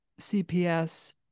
cps